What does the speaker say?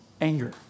anger